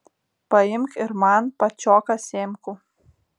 paimk ir man pačioką sėmkų